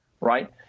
right